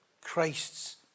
Christ's